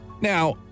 Now